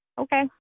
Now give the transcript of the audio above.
okay